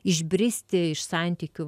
išbristi iš santykių